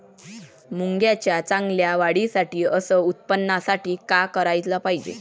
मुंगाच्या चांगल्या वाढीसाठी अस उत्पन्नासाठी का कराच पायजे?